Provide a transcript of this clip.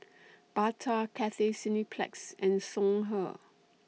Bata Cathay Cineplex and Songhe